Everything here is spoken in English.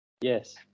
yes